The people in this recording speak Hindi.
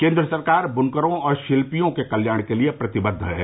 केन्द्र सरकार बुनकरो और शिल्पियो के कल्याण के लिए प्रतिबद्ध है